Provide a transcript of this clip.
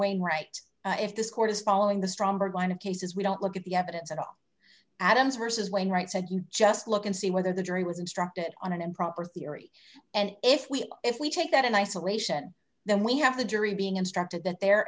wainwright if this court is following the stromberg line of cases we don't look at the evidence and adams versus wainwright said you just look and see whether the jury was instructed on an improper theory and if we are if we take that in isolation then we have the jury being instructed that they're